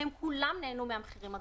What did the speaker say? כולן נהנו מן המחירים הגבוהים.